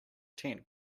tent